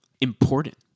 Important